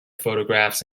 photographs